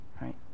right